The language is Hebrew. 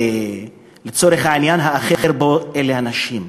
ולצורך העניין, האחר פה אלה הנשים.